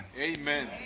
Amen